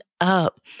up